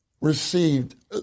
received